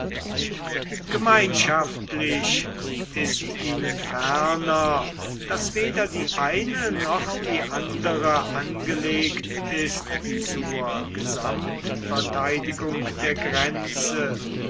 gemeinschaftlich ist ihnen ferner daß weder die eine noch die andere angelegt ist zur gesamtverteidigung der grenze